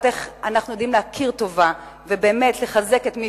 איך אנחנו יודעים להכיר טובה ובאמת לחזק את מי